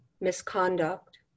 misconduct